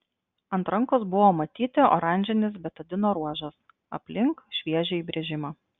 ant rankos buvo matyti oranžinis betadino ruožas aplink šviežią įbrėžimą